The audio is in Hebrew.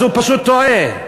אז הוא פשוט טועה.